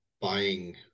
buying